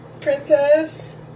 princess